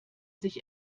sich